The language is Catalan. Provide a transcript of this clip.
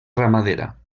ramadera